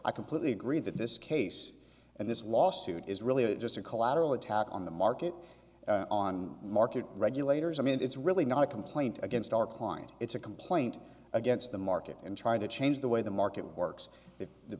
i completely agree that this case and this lawsuit is really just a collateral attack on the market on market regulators i mean it's really not a complaint against our client it's a complaint against the market and trying to change the way the market works